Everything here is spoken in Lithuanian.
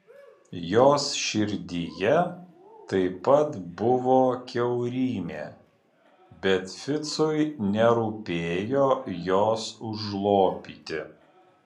jos širdyje taip pat buvo kiaurymė bet ficui nerūpėjo jos užlopyti